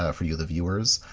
ah for you, the viewers,